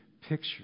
picture